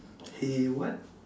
he what